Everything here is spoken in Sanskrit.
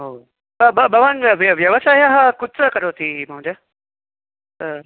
ओ भवान् वा व्यवसायः कुत्र करोति महोदय